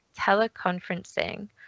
teleconferencing